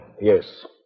Yes